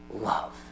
love